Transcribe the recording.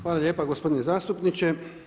Hvala lijepa gospodine zastupniče.